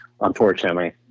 unfortunately